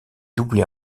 doublé